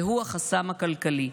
והוא החסם הכלכלי.